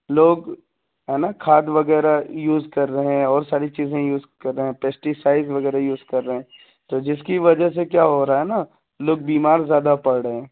لوگ ہے نا کھاد وغیرہ یوز کر رہے ہیں اور ساری چیزیں یوز کر رہے ہیں پیسٹیسائز وغیرہ یوز کر رہے ہیں تو جس کی وجہ سے کیا ہو رہا ہے نا لوگ بیمار زیادہ پڑ رہے ہیں